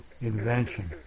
invention